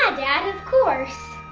dad of course!